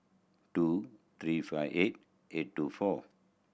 two three five eight eight two four